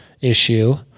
issue